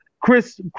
Chris